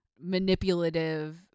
manipulative